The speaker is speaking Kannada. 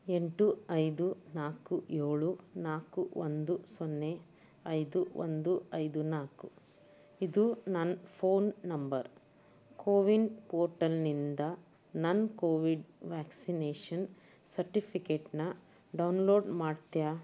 ಎಂಟು ಐದು ನಾಲ್ಕು ಏಳು ನಾಲ್ಕು ಒಂದು ಸೊನ್ನೆ ಐದು ಒಂದು ಐದು ನಾಲ್ಕು ಇದು ನನ್ನ ಫೋನ್ ನಂಬರ್ ಕೋವಿನ್ ಪೋರ್ಟಲ್ನಿಂದ ನನ್ನ ಕೋವಿಡ್ ವ್ಯಾಕ್ಸಿನೇಷನ್ ಸರ್ಟಿಫಿಕೇಟ್ನ ಡೌನ್ಲೋಡ್ ಮಾಡ್ತೀಯಾ